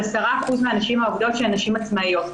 10% מהנשים העובדות שהן נשים עצמאיות,